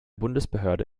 bundesbehörde